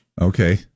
Okay